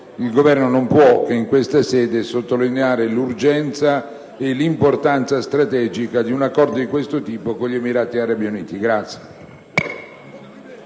Il Governo in questa sede non può che sottolineare l'urgenza e l'importanza strategica di un accordo di questo tipo con gli Emirati Arabi Uniti.